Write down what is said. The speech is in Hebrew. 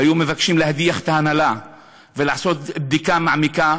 היו מבקשים להדיח את ההנהלה ולעשות בדיקה מעמיקה.